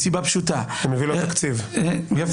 מסיבה פשוטה --- הוא מביא לו תקציב.